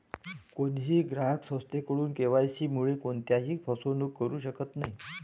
कोणीही ग्राहक संस्थेकडून के.वाय.सी मुळे कोणत्याही फसवणूक करू शकत नाही